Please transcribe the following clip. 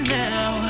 now